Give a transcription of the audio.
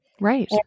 right